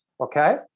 okay